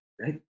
Right